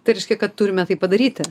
tai reiškia kad turime tai padaryti